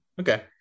okay